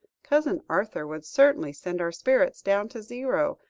cousin arthur would certainly send our spirits down to zero,